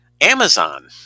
Amazon